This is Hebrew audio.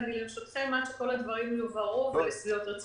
ואני לרשותכם עד שכל הדברים יובהרו ולשביעות רצונכם.